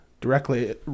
directly